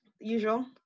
usual